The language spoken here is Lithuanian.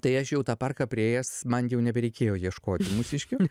tai aš jau tą parką priėjęs man jau nebereikėjo ieškoti mūsiškių